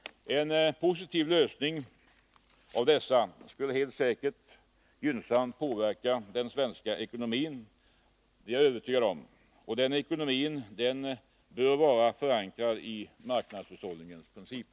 En positiv lösning av dessa skulle helt säkert gynnsamt påverka den svenska ekonomin, det är jag övertygad om. Den ekonomin bör vara förankrad i marknadshushållningens principer.